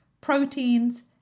proteins